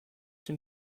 den